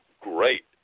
great